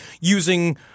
using